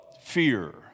fear